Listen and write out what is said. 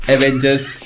Avengers